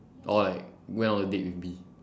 or like went on a date with B